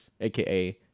aka